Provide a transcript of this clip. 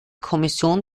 kommission